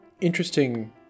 interesting